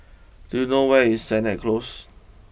do you know where is Sennett close